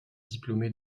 diplômée